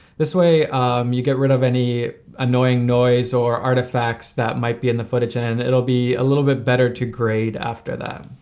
this way um you can get rid of any annoying noise or artifacts that might be in the footage. and it'll be a little bit better to grade after that.